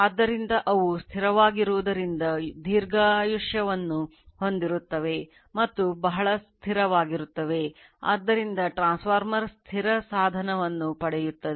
ಆದ್ದರಿಂದ ಅವು ಸ್ಥಿರವಾಗಿರುವುದರಿಂದ ದೀರ್ಘಾಯುಷ್ಯವನ್ನು ಹೊಂದಿರುತ್ತವೆ ಮತ್ತು ಬಹಳ ಸ್ಥಿರವಾಗಿರುತ್ತವೆ ಆದ್ದರಿಂದ ಟ್ರಾನ್ಸ್ಫಾರ್ಮರ್ ಸ್ಥಿರ ಸಾಧನವನ್ನು ಪಡೆಯುತ್ತದೆ